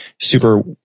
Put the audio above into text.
super